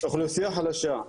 אוכלוסייה חלשה,